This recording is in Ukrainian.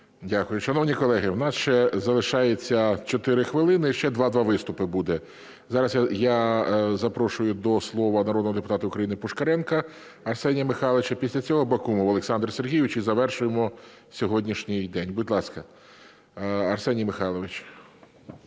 Дякую. Шановні колеги, в нас ще залишається 4 хвилини і ще два виступи буде. Зараз я запрошую до слова народного депутата України Пушкаренка Арсенія Михайловича. Після цього Бакумов Олександр Сергійович. І завершуємо сьогоднішній день. Будь ласка, Арсеній Михайлович.